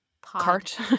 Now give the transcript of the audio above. cart